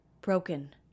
Broken